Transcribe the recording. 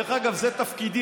דרך אגב, זה תפקידי.